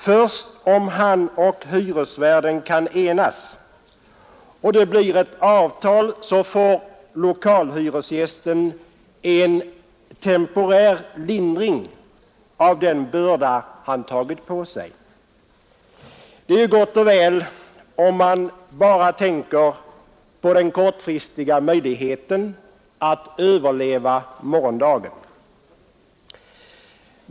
Först om han och hyresvärden kan enas och det blir ett avtal får lokalhyresgästen en temporär lindring av den börda han tagit på sig. Det är gott och väl om man bara tänker på den kortfristiga möjligheten att överleva morgondagen.